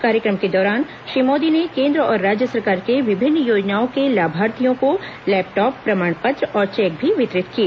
कार्यक्रम के दौरान श्री मोदी ने केंद्र और राज्य सरकार के विभिन्न योजनाओं के लाभार्थियों को लैपटॉप प्रमाण पत्र और चेक भी वितरित किए